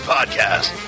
Podcast